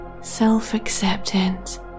self-acceptance